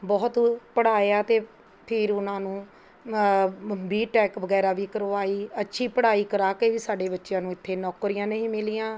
ਬਹੁਤ ਪੜ੍ਹਾਇਆ ਅਤੇ ਫੇਰ ਉਹਨਾਂ ਨੂੰ ਬੀ ਟੈਕ ਵਗੈਰਾ ਵੀ ਕਰਵਾਈ ਅੱਛੀ ਪੜ੍ਹਾਈ ਕਰਾ ਕੇ ਵੀ ਸਾਡੇ ਬੱਚਿਆਂ ਨੂੰ ਇੱਥੇ ਨੌਕਰੀਆਂ ਨਹੀਂ ਮਿਲੀਆਂ